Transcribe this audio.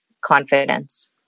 confidence